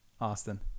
Austin